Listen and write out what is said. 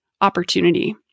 opportunity